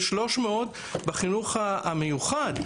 ו-300 בחינוך המיוחד,